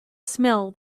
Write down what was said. smell